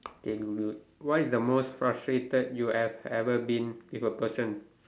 okay good good what is the most frustrated you have ever been with a person